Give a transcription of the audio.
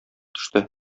төште